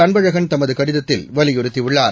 அன்பழகன் தமது கடிதத்தில் வலியுறுத்தியுள்ளார்